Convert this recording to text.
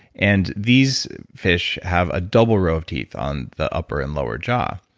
and these fish have a double row of teeth on the upper and lower jaw.